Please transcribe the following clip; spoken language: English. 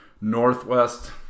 northwest